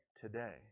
today